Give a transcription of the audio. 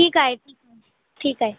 ठीकु आहे ठीकु आहे